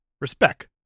respect